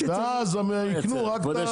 ואז הם יקנו רק את המחיר היקר.